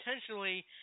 potentially